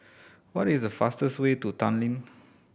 what is the fastest way to Tallinn